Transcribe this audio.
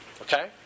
Okay